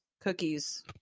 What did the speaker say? cookies